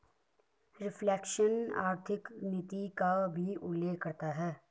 reflation आर्थिक नीति का भी उल्लेख करता है